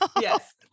Yes